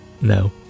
no